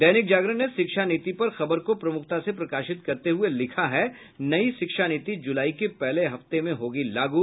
दैनिक जागरण ने शिक्षा नीति पर खबर को प्रमुखता से प्रकाशित करते हुये लिखा है नई शिक्षा नीति जुलाई के पहले हफ्ते में होगी लागू